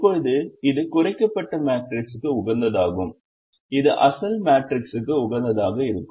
இப்போது இது குறைக்கப்பட்ட மேட்ரிக்ஸுக்கு உகந்ததாகும் இது அசல் மேட்ரிக்ஸிற்கும் உகந்ததாக இருக்கும்